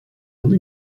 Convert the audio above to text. yıl